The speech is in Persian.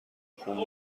خون